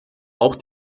auch